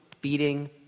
beating